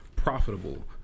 profitable